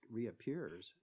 reappears